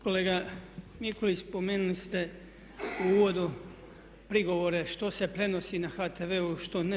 Kolega Mikulić spomenuli ste u uvodu prigovore što se prenosi na HTV-u, što ne.